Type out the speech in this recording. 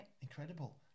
Incredible